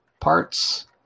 parts